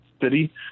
city